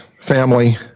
family